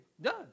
Done